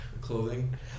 clothing